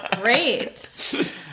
Great